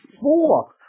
four